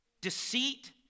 deceit